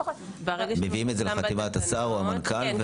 מביאים את זה לחתימת השר או המנכ"ל?